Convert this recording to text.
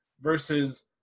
versus